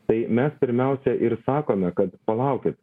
tai mes pirmiausia ir sakome kad palaukit